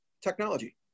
technology